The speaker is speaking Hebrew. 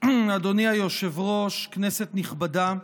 אדוני היושב-ראש, כנסת נכבדה,